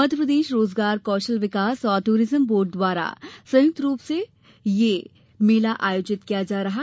मध्यप्रदेश रोजगार कौशल विकास और दूरिज्म बोर्ड द्वारा संयुक्त रूप से किया जा रहा है